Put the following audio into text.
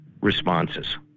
responses